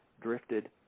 drifted